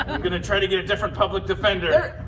i'm going to try to get a different public defender.